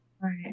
right